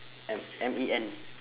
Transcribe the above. M M E N